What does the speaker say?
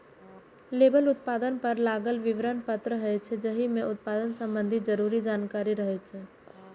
label उत्पाद पर लागल विवरण पत्र होइ छै, जाहि मे उत्पाद संबंधी जरूरी जानकारी रहै छै